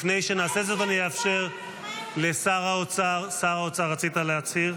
אני אאפשר לשר האוצר, שר האוצר, רצית להצהיר?